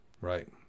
right